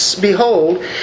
Behold